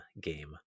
game